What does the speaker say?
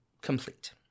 complete